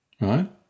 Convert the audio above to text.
Right